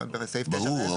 ברור.